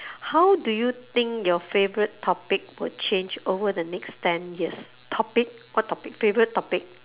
how do you think your favourite topic will change over the next ten years topic what topic favourite topic